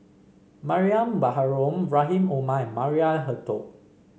Mariam Baharom Rahim Omar and Maria Hertogh